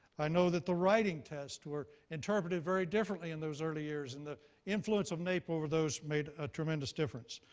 i know that the writing tests were interpreted very differently in those early years, and the influence of naep over those made a tremendous difference.